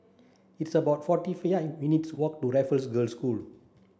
it's about forty minutes' walk to Raffles Girls' School